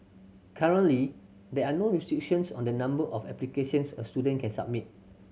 currently there are no restrictions on the number of applications a student can submit